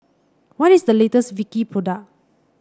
what is the latest Vichy product